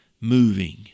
moving